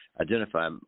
identify